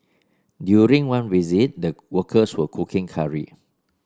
during one visit the workers were cooking curry